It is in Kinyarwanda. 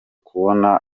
kubona